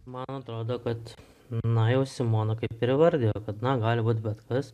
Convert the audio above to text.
man atrodo kad na jau simona kaip ir įvardijo kad na gali būt bet kas